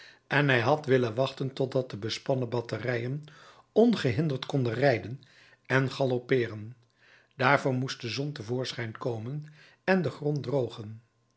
en hij had willen wachten totdat de bespannen batterijen ongehinderd konden rijden en galoppeeren daarvoor moest de zon te voorschijn komen en den grond drogen